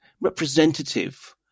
representative